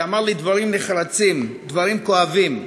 שאמר לי דברים נחרצים, דברים כואבים.